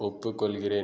ஒப்புக்கொள்கிறேன்